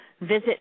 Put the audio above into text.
visit